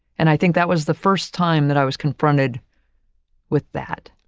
and i think that was the first time that i was confronted with that.